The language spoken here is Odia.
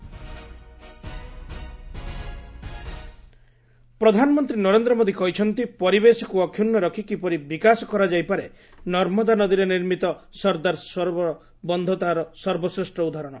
ପିଏମ୍ ପ୍ରଧାନମନ୍ତ୍ରୀ ନରେନ୍ଦ୍ର ମୋଦୀ କହିଛନ୍ତି ପରିବେଶକୁ ଅକ୍ଷୁର୍ଣ୍ଣ ରଖି କିପରି ବିକାଶ କରାଯାଇ ପାରେ ନର୍ମଦା ନଦୀରେ ନିର୍ମିତ ସର୍ଦ୍ଦାର ସରୋବର ବନ୍ଧ ତାହାର ସର୍ବଶ୍ରେଷ୍ଠ ଉଦାହରଣ